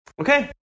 Okay